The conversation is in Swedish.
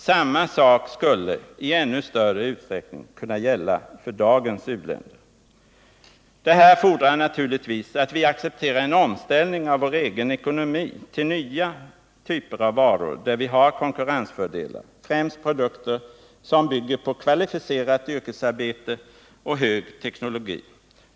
Samma sak skulle, i ännu större utsträckning, kunna gälla för dagens u-länder.” Detta fordrar naturligtvis att vi accepterar en omställning av vår egen ekonomi -— till nya typer av varor där vi har konkurrensfördelar, främst produkter som bygger på kvalificerat yrkesarbete och hög teknologi.